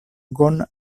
lagon